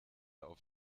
auf